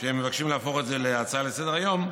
שהם מבקשים להפוך את זה להצעה לסדר-היום,